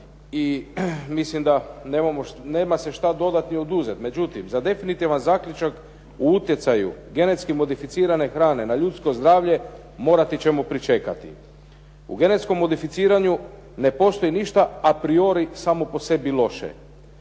i mislim da nema se šta dodat i oduzet. Međutim, za definitivan zaključak o utjecaju genetski modificirane hrane na ljudsko zdravlje morati ćemo pričekati. U genetskom modificiranju ne postoji ništa a priori samo po sebi loše,